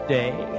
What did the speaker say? day